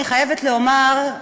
אני חייבת לומר,